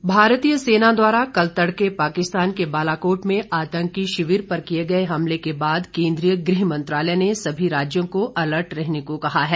alert भारतीय सेना द्वारा कल तड़के पाकिस्तान के बालाकोट में आतंकी शिविर पर किए गए हमले के बाद केंद्रीय गृह मंत्रालय ने सभी राज्यों को अलर्ट रहने को कहा है